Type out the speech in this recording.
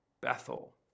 Bethel